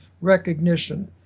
recognition